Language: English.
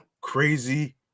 crazy